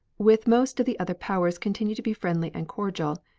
with most of the other powers continue to be friendly and cordial.